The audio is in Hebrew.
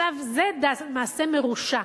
זה מעשה מרושע,